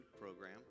program